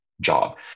job